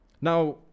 now